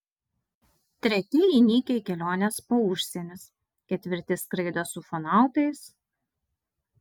treti įnikę į keliones po užsienius ketvirti skraido su ufonautais